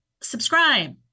subscribe